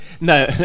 No